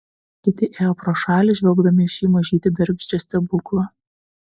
kiti ėjo pro šalį žvelgdami į šį mažytį bergždžią stebuklą